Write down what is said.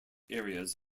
areas